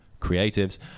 creatives